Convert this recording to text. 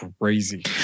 crazy